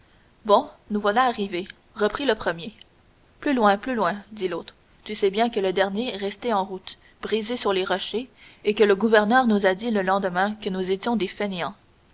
bon nous voilà arrivés reprit le premier plus loin plus loin dit l'autre tu sais bien que le dernier est resté en route brisé sur les rochers et que le gouverneur nous a dit le lendemain que nous étions des fainéants